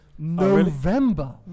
November